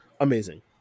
amazing